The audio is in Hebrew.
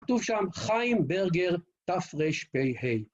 כתוב שם חיים ברגר תרפ״ה.